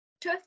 Two